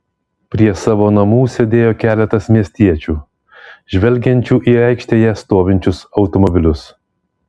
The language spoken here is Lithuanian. prie savo namų sėdėjo keletas miestiečių žvelgiančių į aikštėje stovinčius automobilius